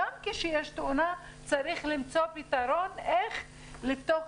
גם כשיש תאונה צריך למצוא פתרון איך לפתוח